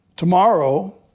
Tomorrow